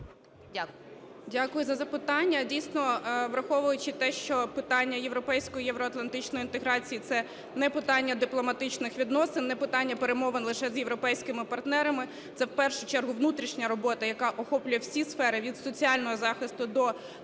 Дякую за запитання. Дійсно, враховуючи те, що питання європейської, євроатлантичної інтеграції – це не питання дипломатичних відносин, не питання перемовин лише з європейськими партнерами, це в першу чергу внутрішня робота, яка охоплює всі сфери від соціального захисту до